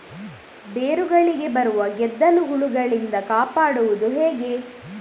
ಬೇರುಗಳಿಗೆ ಬರುವ ಗೆದ್ದಲು ಹುಳಗಳಿಂದ ಕಾಪಾಡುವುದು ಹೇಗೆ?